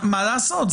מה לעשות,